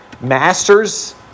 master's